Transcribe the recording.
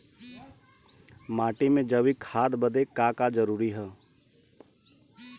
माटी में जैविक खाद बदे का का जरूरी ह?